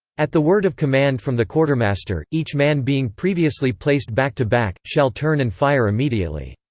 at the word of command from the quartermaster, each man being previously placed back to back, shall turn and fire immediately.